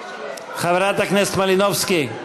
הסתייגות, חברת הכנסת מלינובסקי.